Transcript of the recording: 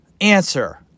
answer